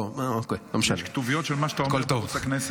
יש כתוביות של מה שאתה אומר בערוץ הכנסת.